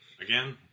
Again